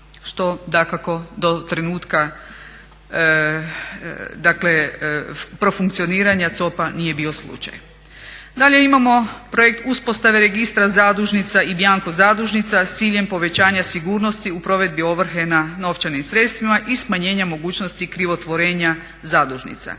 do trenutka dakle profunkcioniranja COP-a nije bio slučaj. Dalje imamo projekt uspostave registra zadužnica i bjanko zadužnica s ciljem povećanja sigurnosti u provedbi ovrhe nad novčanim sredstvima i smanjenja mogućnosti krivotvorenja zadužnica.